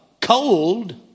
cold